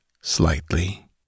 slightly